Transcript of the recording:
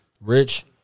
Rich